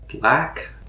black